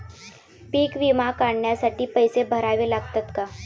पीक विमा काढण्यासाठी पैसे भरावे लागतात का?